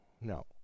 No